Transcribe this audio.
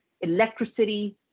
electricity